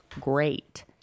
great